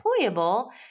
employable